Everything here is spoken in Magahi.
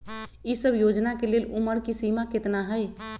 ई सब योजना के लेल उमर के सीमा केतना हई?